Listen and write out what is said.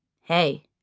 Hey